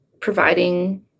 providing